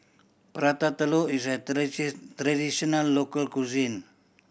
Prata Telur is a traditional local cuisine